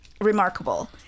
remarkable